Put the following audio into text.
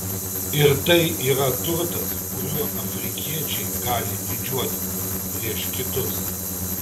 ir tai yra turtas kuriuo afrikiečiai gali didžiuotis prieš kitus